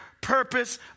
purpose